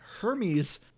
Hermes